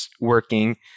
working